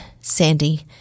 Sandy